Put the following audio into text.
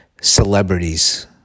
celebrities